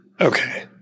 Okay